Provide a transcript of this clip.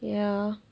ya